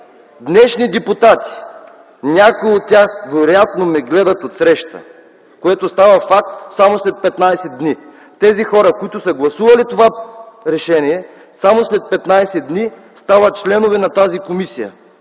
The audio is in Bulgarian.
днешни депутати, някои от тях вероятно ме гледат отсреща.” Което става факт само след 15 дни. Тези хора, които са гласували това решение, само след 15 дни стават членове на тази комисия.